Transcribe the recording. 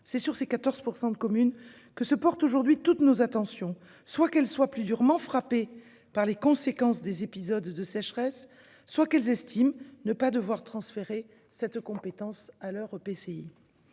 C'est sur ces 14 % de communes que se portent aujourd'hui toutes nos attentions, soit que celles-ci soient plus durement frappées par les conséquences des épisodes de sécheresse, soit qu'elles estiment ne pas devoir transférer cette compétence à leur